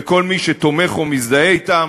ואת כל מי שתומך או מזדהה אתם,